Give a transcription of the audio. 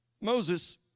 Moses